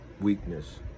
weakness